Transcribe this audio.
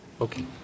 Okay